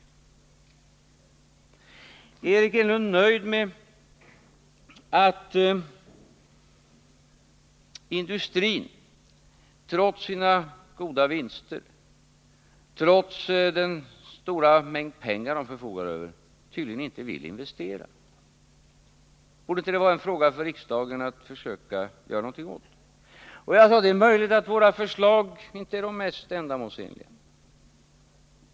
Är Eric Enlund nöjd med att industrin, trots sina goda vinster, trots den stora mängd pengar den förfogar över, tydligen inte vill investera? Borde det inte vara en fråga för riksdagen att försöka göra något åt det? Jag sade, att det är möjligt att våra förslag inte är de mest ändamålsenliga.